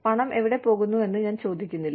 പണം എവിടെ പോകുന്നു എന്ന് ഞാൻ ചോദിക്കില്ല